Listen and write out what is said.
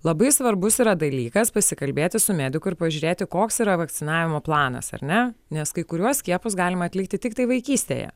labai svarbus yra dalykas pasikalbėti su mediku ir pažiūrėti koks yra vakcinavimo planas ar ne nes kai kuriuos skiepus galima atlikti tiktai vaikystėje